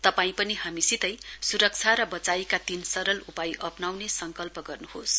तपाई पनि हामीसितै सुरक्षा र बचाइका तीन सरल उपाय अप्नाउने संकल्प गर्नुहोस्